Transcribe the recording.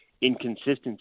inconsistency